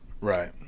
Right